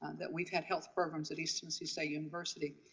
that we've had health programs at east tennessee state university.